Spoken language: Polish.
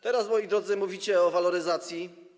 Teraz, moi drodzy, mówicie o waloryzacji.